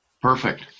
Perfect